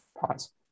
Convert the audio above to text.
pause